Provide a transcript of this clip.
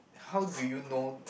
how do you know